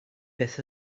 beth